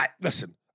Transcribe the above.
Listen